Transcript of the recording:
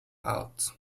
out